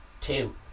Two